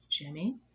Jimmy